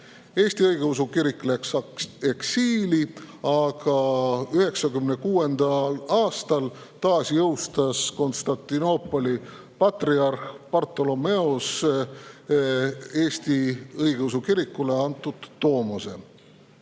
Eesti õigeusu kirik läks eksiili, aga 1996. aastal taasjõustas Konstantinoopoli patriarh Bartolomeus Eesti õigeusu kirikule antud tomose.